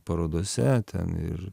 parodose ten ir